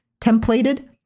templated